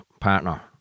partner